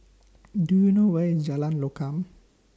Do YOU know Where IS Jalan Lokam